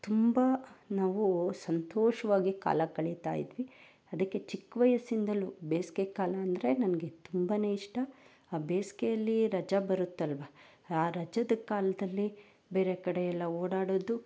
ತುಂಬ ನಾವು ಸಂತೋಷವಾಗಿ ಕಾಲ ಕಳೀತಾ ಇದ್ವಿ ಅದಕ್ಕೆ ಚಿಕ್ಕ ವಯಸ್ಸಿಂದಲೂ ಬೇಸಿಗೆಕಾಲ ಅಂದರೆ ನನಗೆ ತುಂಬಾ ಇಷ್ಟ ಆ ಬೇಸಿಗೆಯಲ್ಲಿ ರಜ ಬರುತ್ತಲ್ವಾ ಆ ರಜದ ಕಾಲದಲ್ಲಿ ಬೇರೆ ಕಡೆಯೆಲ್ಲ ಓಡಾಡೋದು